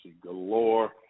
galore